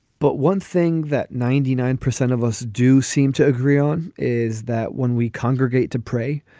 but one thing that ninety nine percent of us do seem to agree on is that when we congregate to pray.